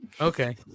Okay